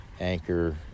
Anchor